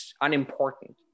unimportant